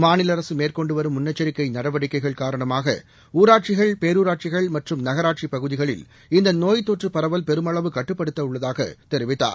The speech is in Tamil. மாநில அரசு மேற்கொண்டு வரும் முன்னெச்சரிக்கை நடவடிக்கைகள் காரணமாக ஊராட்சிகள் பேரூராட்சிகள் மற்றும் நகராட்சிப் பகுதிகளில் இநத நோய் பரவல் பெருமளவு கட்டுப்படுத்தப்பட்டுள்ளதாகத் தெரிவித்ததார்